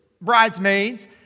bridesmaids